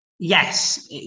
Yes